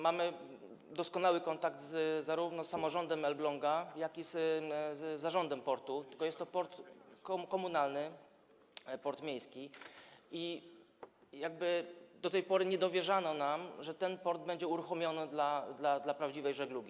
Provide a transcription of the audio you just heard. Mamy doskonały kontakt zarówno z samorządem Elbląga, jak i z zarządem portu, tylko jest to port komunalny, port miejski i do tej pory nie dowierzano nam, że ten port będzie uruchomiony dla prawdziwej żeglugi.